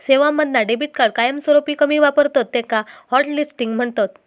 सेवांमधना debit card कायमस्वरूपी कमी वापरतत त्याका हॉटलिस्टिंग म्हणतत